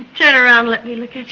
turn around. let me look ah